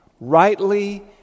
rightly